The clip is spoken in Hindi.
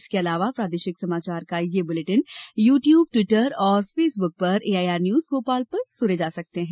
इसके अलावा प्रादेशिक समाचार बुलेटिन यू द्यूब ट्विटर और फेसबुक पर एआईआर न्यूज भोपाल पेज पर सुने जा सकते हैं